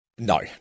No